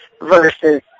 versus